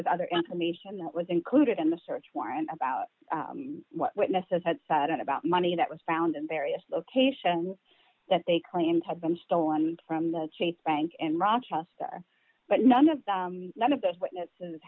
was other information that was included in the search warrant about what witnesses had said about money that was found in various locations that they claimed had been stolen from the chase bank in rochester but none of them none of those witnesses